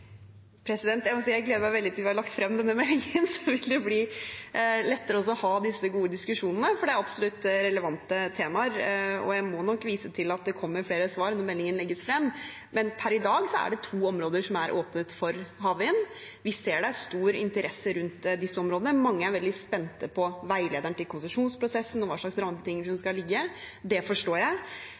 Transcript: Jeg må si jeg gleder meg veldig til vi har lagt frem denne meldingen, så vil det bli lettere å ha disse gode diskusjonene, for det er absolutt relevante temaer. Jeg må nok vise til at det kommer flere svar når meldingen legges frem, men per i dag er det to områder som er åpnet for havvind. Vi ser det er stor interesse rundt disse områdene. Mange er veldig spente på veilederen til konsesjonsprosessen og hva slags rammebetingelser som skal legges. Det forstår jeg.